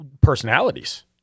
personalities